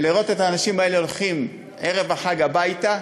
לראות את האנשים האלה הולכים ערב החג הביתה